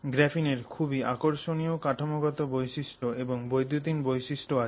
গ্রাফিনের খুবই আকর্ষণীয় কাঠামোগত বৈশিষ্ট এবং বৈদ্যুতিন বৈশিষ্ট আছে